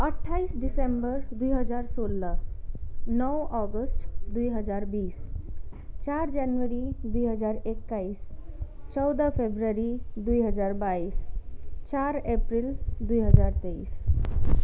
अट्ठाइस दिसम्बर दुई हजार सोह्र नौ अगस्त दुई हजार बिस चार जनवरी दुई हजार एक्काइस चौध फेब्रुअरी दुई हजार बाइस चार अप्रेल दुई हजार तेइस